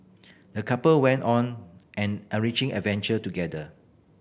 the couple went on an enriching adventure together